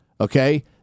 Okay